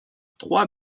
trois